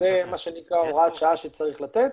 זה מה שנקרא הוראת שעה שצריך לתת,